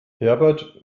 herbert